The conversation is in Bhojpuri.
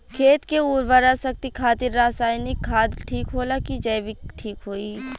खेत के उरवरा शक्ति खातिर रसायानिक खाद ठीक होला कि जैविक़ ठीक होई?